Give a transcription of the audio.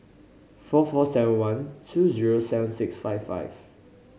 four four seven one two zero seven six five five